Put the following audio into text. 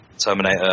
Terminator